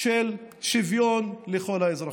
של שוויון לכל האזרחים.